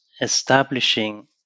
establishing